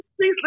please